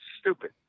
stupid